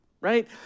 Right